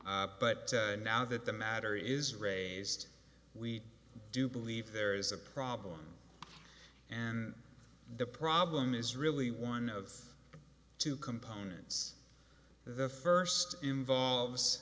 but now that the matter is raised we do believe there is a problem and the problem is really one of two components the first involves